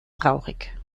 traurig